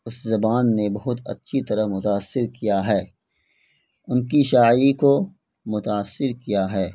اس زبان نے بہت اچھی طرح متاثر کیا ہے ان کی شاعری کو متاثر کیا ہے